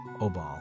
Obal